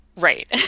Right